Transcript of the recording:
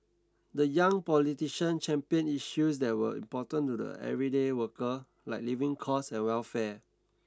the young politician championed issues that were important to the everyday worker like living costs and welfare